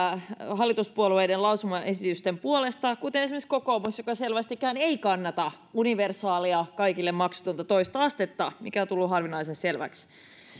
hallituspuolueiden lausumaesitysten puolesta kuten esimerkiksi kokoomus joka selvästikään ei kannata universaalia kaikille maksutonta toista astetta mikä on tullut harvinaisen selväksi